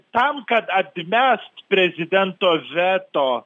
tam kad atmest prezidento veto